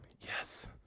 yes